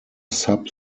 sub